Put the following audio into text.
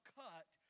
cut